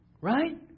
Right